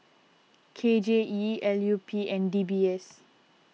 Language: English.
K J E L U P and D B S